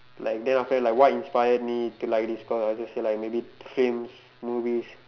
like then after that like what inspired me to like this course I will just say like maybe films movies